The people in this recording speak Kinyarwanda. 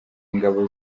ingabo